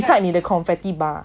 beside 你的 confetti bar